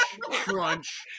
Crunch